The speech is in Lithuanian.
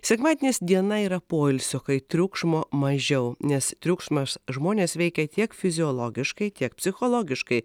sekmadienis diena yra poilsio kai triukšmo mažiau nes triukšmas žmones veikia tiek fiziologiškai tiek psichologiškai